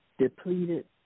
depleted